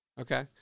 Okay